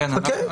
אוקיי.